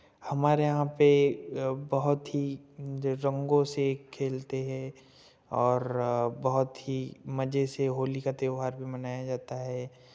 हमारे यहाँ पे बहुत ही रंगों से खेलते हैं और बहुत ही मज़े से होली का त्यौहार भी मनाया जाता है